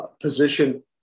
position